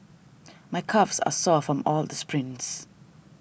my calves are sore from all the sprints